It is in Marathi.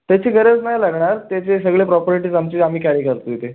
त्याची गरज नाही लागणार त्याचे सगळे प्रॉपर्टीज आमची आम्ही कॅरी करतो इथे